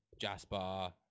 jasper